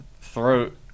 throat